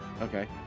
Okay